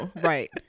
Right